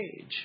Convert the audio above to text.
age